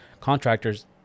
contractors